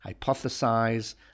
hypothesize